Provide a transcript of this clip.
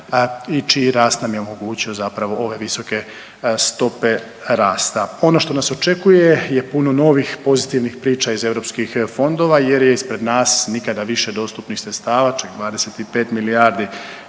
i čiji rast nam je omogućio zapravo ove visoke stope rasta. Ono što nas očekuje je puno novih pozitivnih priča iz EU jer je ispred nas nikada više dostupnih sredstava, čak 25 milijardi